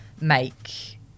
make